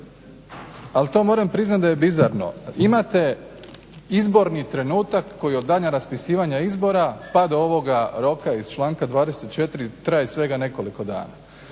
ali to moram priznat da je bizarno. Imate izborni trenutak koji od dana raspisivanja izbora pa do ovoga roka iz članka 24. traje svega nekoliko dana